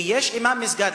כי יש אימאם מסגד,